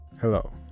Hello